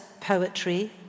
poetry